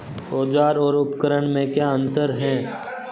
औज़ार और उपकरण में क्या अंतर है?